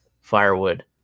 firewood